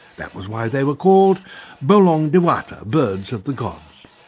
that was why they were called bolong diuata, birds of the gods.